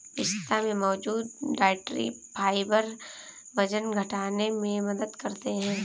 पिस्ता में मौजूद डायट्री फाइबर वजन घटाने में मदद करते है